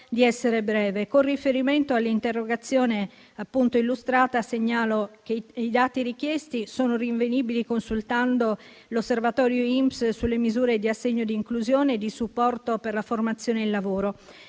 di essere breve. Con riferimento all'interrogazione illustrata, segnalo che i dati richiesti sono rinvenibili consultando l'osservatorio INPS sulle misure dell'assegno di inclusione e del supporto per formazione e lavoro.